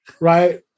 right